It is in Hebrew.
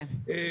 כן.